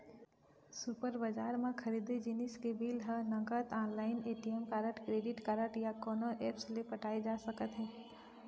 super बजार म खरीदे जिनिस के बिल ह नगद, online, ATM card, credit card या कोनो ऐप्स ले पटाए जा सकत हे